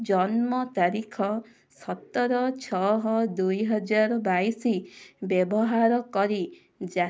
ଜନ୍ମ ତାରିଖ ସତର ଛଅ ଦୁଇ ହଜାର ବାଇଶି ବ୍ୟବହାର କରି